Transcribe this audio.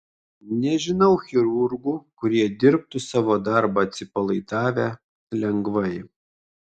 nežinau chirurgų kurie dirbtų savo darbą atsipalaidavę lengvai